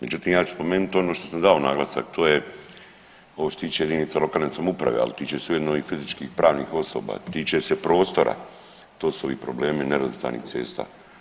Međutim, ja ću spomenuti ono što sam dao naglasak to je ovo što se tiče jedinica lokalne samouprave, ali tiče se ujedno i fizičkih i pravnih osoba, tiče se prostora, to su ovi problemi nerazvrstanih cesta.